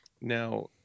now